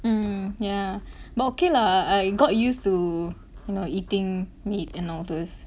mm yeah but okay lah I got used to eating meat and all this